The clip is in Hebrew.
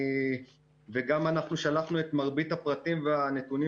וגם אנחנו שלחנו את מרבית הפרטים והנתונים